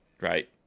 right